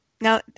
Now